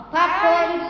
Popcorn